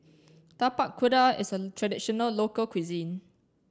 Tapak Kuda is a traditional local cuisine